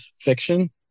fiction